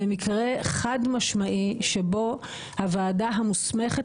זה מקרה חד משמעי שבו הוועדה המוסמכת